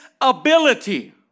ability